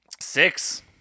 Six